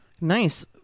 Nice